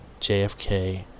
JFK